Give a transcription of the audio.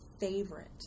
favorite